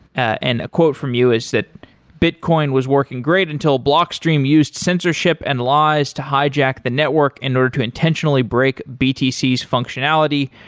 and a quote from you is that bitcoin was working great, until blockstream used censorship and lies to hijack the network in order to intentionally break btc's functionality.